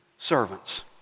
Servants